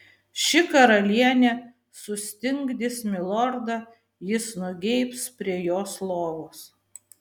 ši karalienė sustingdys milordą jis nugeibs prie jos lovos